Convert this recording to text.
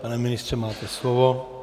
Pane ministře, máte slovo.